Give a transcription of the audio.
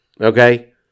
okay